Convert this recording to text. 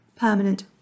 Permanent